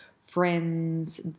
friends